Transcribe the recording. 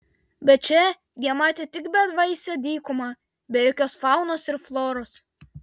bet čia jie matė tik bevaisę dykumą be jokios faunos ir floros